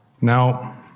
Now